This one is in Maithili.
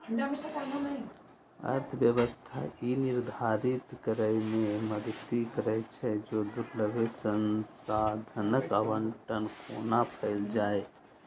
अर्थव्यवस्था ई निर्धारित करै मे मदति करै छै, जे दुर्लभ संसाधनक आवंटन कोना कैल जाए